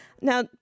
Now